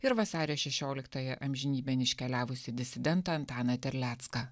ir vasario šešioliktąją amžinybėn iškeliavusį disidentą antaną terlecką